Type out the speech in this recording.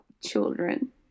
children